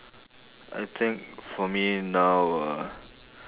I think for me now ah